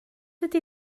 ydy